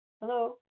Hello